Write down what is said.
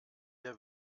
der